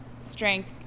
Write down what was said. strength